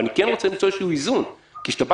אני כן רוצה למצוא איזשהו איזון כי כשאתה בא